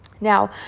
Now